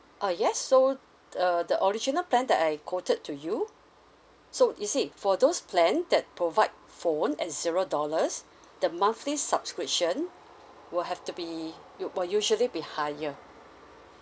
uh yes so uh the original plan that I quoted to you so you see for those plan that provide phone at zero dollars the monthly subscription will have to be wi~ will usually be higher